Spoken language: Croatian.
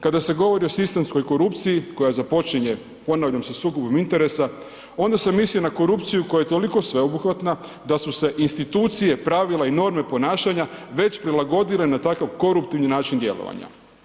Kada se govori o sistemskoj korupciji koja započinje, ponavljam, sa sukobom interesa, onda se misli na korupciju koja je toliko sveobuhvatna da su se institucije, pravila i norme ponašanja već prilagodile na takav koruptivni način djelovanja.